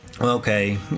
Okay